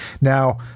Now